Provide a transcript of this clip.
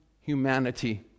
humanity